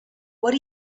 what